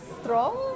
Strong